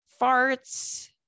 farts